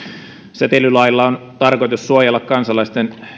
säteilylailla on tarkoitus suojella kansalaisten